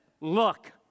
look